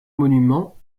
monuments